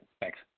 thanks